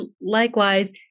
likewise